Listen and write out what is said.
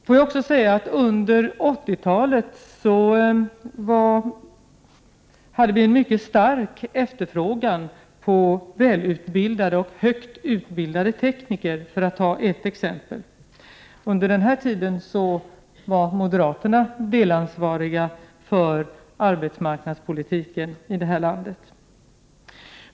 Under 1980-talet hade vi en mycket stark efterfrågan på välutbildade och högt utbildade tekniker, för att ta ett exempel. Under denna tid var moderaterna delansvariga för arbetsmarknadspolitiken i detta land.